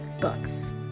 books